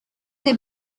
they